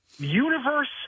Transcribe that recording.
Universe